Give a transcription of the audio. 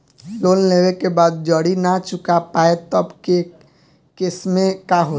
Loan लेवे के बाद जड़ी ना चुका पाएं तब के केसमे का होई?